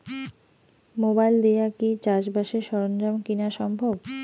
Mobile দিয়া কি চাষবাসের সরঞ্জাম কিনা সম্ভব?